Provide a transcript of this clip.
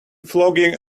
flogging